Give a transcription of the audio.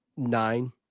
Nine